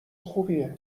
خوبیه